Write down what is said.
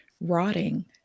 rotting